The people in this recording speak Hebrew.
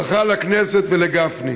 ברכה לכנסת ולגפני.